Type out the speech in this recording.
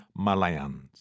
Malayans